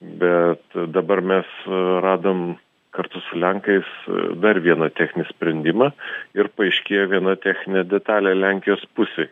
bet dabar mes radom kartu su lenkais dar vieną techninį sprendimą ir paaiškėjo viena techninė detalė lenkijos pusėj